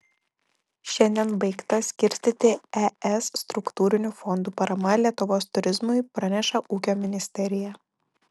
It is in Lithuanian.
šiandien baigta skirstyti es struktūrinių fondų parama lietuvos turizmui praneša ūkio ministerija